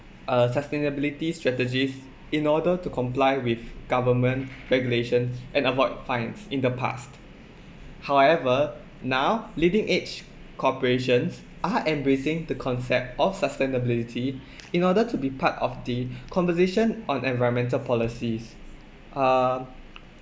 uh sustainability strategies in order to comply with government regulations and avoid fines in the past however now leading edge corporations are embracing the concept of sustainability in order to be part of the conversation on environmental policies uh